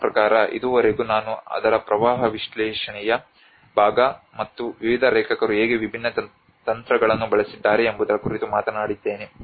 ನನ್ನ ಪ್ರಕಾರ ಇದುವರೆಗೂ ನಾನು ಅದರ ಪ್ರವಾಹ ವಿಶ್ಲೇಷಣೆಯ ಭಾಗ ಮತ್ತು ವಿವಿಧ ಲೇಖಕರು ಹೇಗೆ ವಿಭಿನ್ನ ತಂತ್ರಗಳನ್ನು ಬಳಸಿದ್ದಾರೆ ಎಂಬುದರ ಕುರಿತು ಮಾತನಾಡಿದ್ದೇನೆ